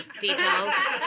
details